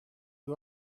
you